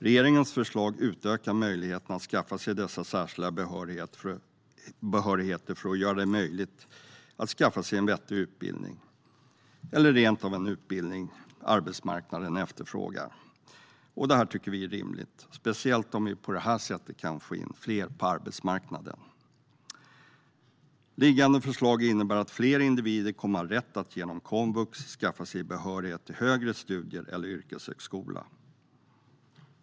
Regeringens förslag utökar möjligheterna att läsa in dessa särskilda behörigheter för att göra det möjligt att skaffa sig en vettig utbildning eller rent av en utbildning som arbetsmarknaden efterfrågar. Detta tycker vi är rimligt, speciellt om man på detta sätt kan få in fler på arbetsmarknaden. Liggande förslag innebär att fler individer kommer att ha rätt att genom komvux skaffa sig behörighet till högre studier eller yrkeshögskola.